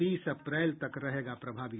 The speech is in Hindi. तीस अप्रैल तक रहेगा प्रभावी